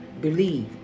believe